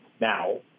Now